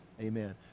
amen